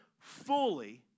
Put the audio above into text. fully